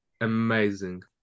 amazing